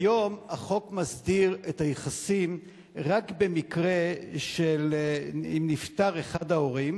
כיום החוק מסדיר את היחסים רק במקרה שנפטר אחד ההורים.